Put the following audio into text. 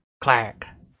clack